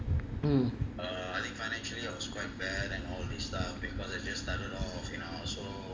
mm